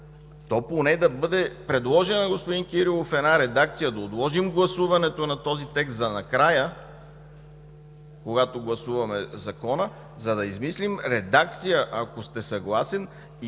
то поне да бъде предложена на господин Кирилов една редакция, да отложим гласуването на този текст за накрая, когато гласуваме Закона, за да измислим редакция, ако сте съгласен, и